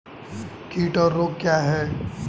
कीट और रोग क्या हैं?